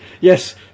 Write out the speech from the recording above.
Yes